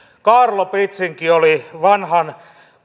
kaarlo pitsinki oli vanhan